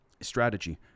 Strategy